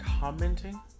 commenting